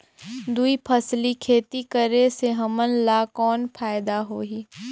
दुई फसली खेती करे से हमन ला कौन फायदा होही?